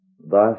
Thus